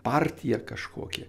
partiją kažkokią